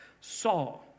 Saw